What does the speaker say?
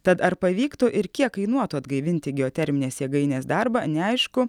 tad ar pavyktų ir kiek kainuotų atgaivinti geoterminės jėgainės darbą neaišku